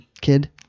kid